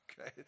okay